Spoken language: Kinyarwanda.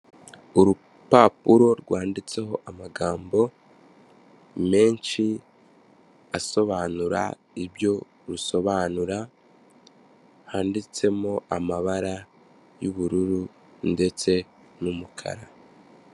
Urupapuro rwanditseho amagambo menshi asobanura ibyo rusobanura, handitsemo amabara y'ubururu ndetse n'umukara.